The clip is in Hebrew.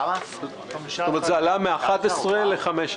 כלומר זה עלה מ-11 מיליארד ל-15